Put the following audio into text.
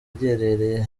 giherereye